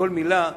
לכל מלה,